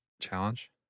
challenge